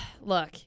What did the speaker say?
Look